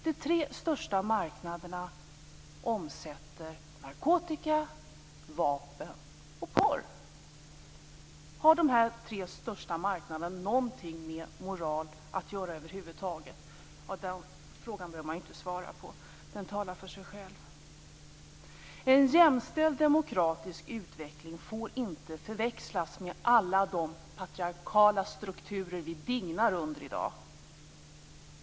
De tre största marknaderna omsätter narkotika, vapen och porr. Har de tre största marknaderna någonting med moral att göra över huvud taget? Den frågan behöver man inte svara på. Den talar för sig själv. En jämställd demokratisk utveckling får inte förväxlas med alla de patriarkala strukturer vi dignar under i dag.